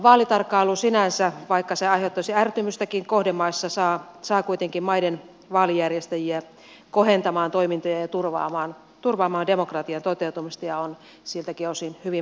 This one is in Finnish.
vaalitarkkailu sinänsä vaikka se aiheuttaisi ärtymystäkin kohdemaissa saa kuitenkin maiden vaalijärjestäjiä kohentamaan toimintoja ja turvaamaan demokratian toteutumista ja on siltäkin osin hyvin merkityksellistä